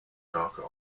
darker